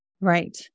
Right